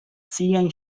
siajn